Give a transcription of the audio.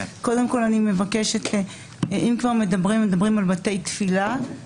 אם כבר מדברים על בתי תפילה,